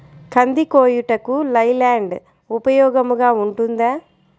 కంది కోయుటకు లై ల్యాండ్ ఉపయోగముగా ఉంటుందా?